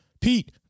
Pete